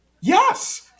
Yes